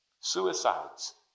suicides